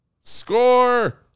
Score